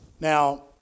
Now